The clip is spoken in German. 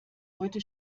heute